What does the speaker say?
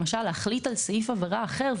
למשל להחליט על סעיף עבירה אחר,